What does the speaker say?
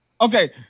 okay